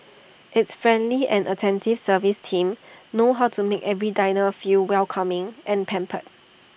its friendly and attentive service team know how to make every diner feel welcoming and pampered